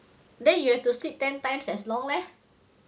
then you have to sleep ten times as long leh